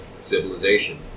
Civilization